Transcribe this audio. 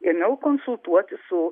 ėmiau konsultuotis su